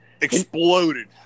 Exploded